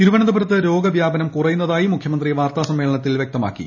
തിരുവനന്തപുരത്ത് രോഗവ്യാപനം കുറയുന്നതായി മുഖ്യമന്ത്രി വാർത്താസമ്മേളനത്തിൽ വൃക്തമാക്കി